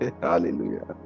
Hallelujah